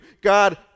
God